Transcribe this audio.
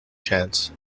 chance